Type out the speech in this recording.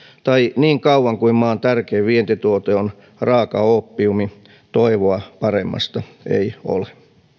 tai niin kauan kuin maan tärkein vientituote on raakaoopiumi toivoa paremmasta ei ole